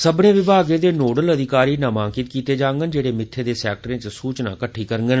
सब्बने विभागें दे नोडल अधिकारी नामांकन कीते जांगन जेहड़े मित्थें दे सेक्टरें च सूचना किट्ठी करगंन